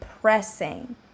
pressing